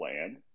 land